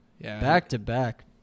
Back-to-back